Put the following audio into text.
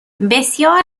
بسیار